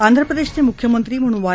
आंध्र प्रदेशाचे मुख्यमंत्री म्हणून वाय